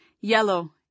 yellow